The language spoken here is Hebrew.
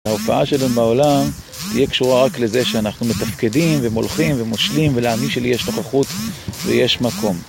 ההופעה שלנו בעולם תהיה קשורה רק לזה שאנחנו מתפקדים, ומולכים, ומושלים ולהאמין שלי יש נוכחות ויש מקום